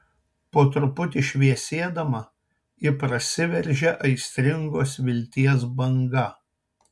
po truputį šviesėdama ji prasiveržia aistringos vilties banga